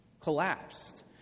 collapsed